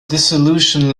dissolution